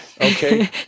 okay